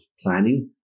planning